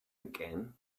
again